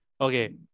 Okay